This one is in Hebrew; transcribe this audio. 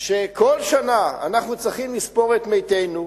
שכל שנה אנחנו צריכים לספור את מתינו.